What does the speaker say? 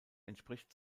entspricht